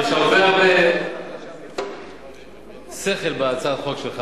יש הרבה הרבה שכל בהצעה שלך.